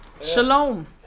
Shalom